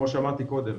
כמו שאמרתי קודם,